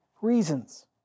reasons